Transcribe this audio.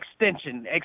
extension